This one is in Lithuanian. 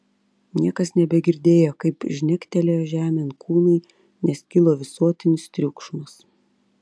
niekas nebegirdėjo kaip žnektelėjo žemėn kūnai nes kilo visuotinis triukšmas